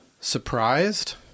Surprised